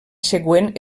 següent